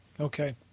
Okay